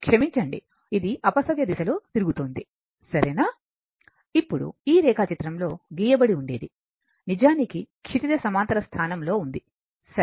క్షమించండి ఇది అపనవ్య దిశలో తిరుగుతోంది సరేనా ఇప్పుడు ఈ రేఖాచిత్రంలో గీయబడి ఉండేది నిజానికి క్షితిజ సమాంతర స్థానంలో ఉంది సరే